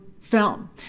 film